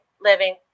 living